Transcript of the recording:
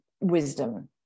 wisdom